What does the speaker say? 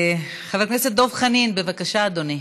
חבר הכנסת דב חנין, בבקשה, אדוני.